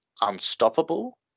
unstoppable